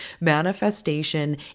Manifestation